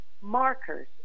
markers